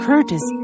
Curtis